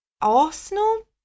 arsenal